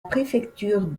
préfecture